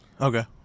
Okay